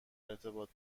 ارتباط